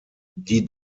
die